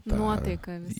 nuotaiką visą